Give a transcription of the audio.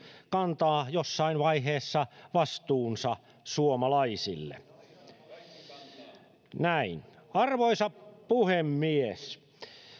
kantaa jossain vaiheessa vastuunsa suomalaisille arvoisa puhemies